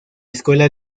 escuela